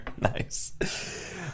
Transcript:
Nice